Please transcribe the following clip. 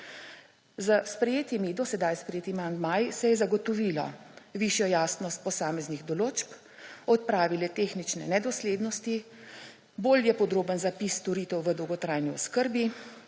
Za sprejetimi, do sedaj sprejetimi amandmaji se je zagotovilo višjo jasnost posameznih določb, odpravile tehnične nedoslednosti, bolje podroben zapis storitev v dolgotrajni oskrbi,